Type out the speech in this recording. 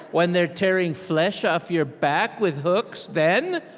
when they're tearing flesh off your back with hooks, then?